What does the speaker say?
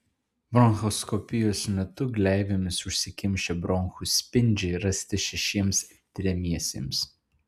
bronchoskopijos metu gleivėmis užsikimšę bronchų spindžiai rasti šešiems tiriamiesiems